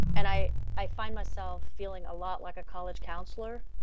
and i i find myself feeling a lot like a college counselor,